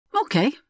Okay